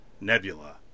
Nebula